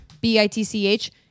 B-I-T-C-H